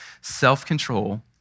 self-control